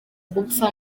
gupfa